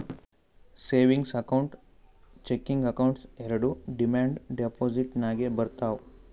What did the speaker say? savings account, checking account ಎರೆಡು demand deposit ನಾಗೆ ಬರ್ತಾವ್